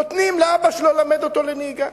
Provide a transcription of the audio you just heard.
נותנים לאבא שלו ללמד אותו נהיגה.